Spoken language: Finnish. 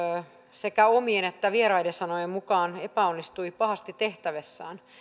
sekä omien että vieraiden sanojen mukaan epäonnistui pahasti tehtävässään